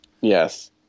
Yes